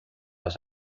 las